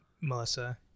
Melissa